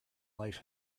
life